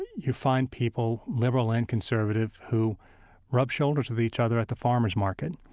you find people, liberal and conservative, who rub shoulders with each other at the farmer's market.